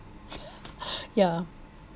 yeah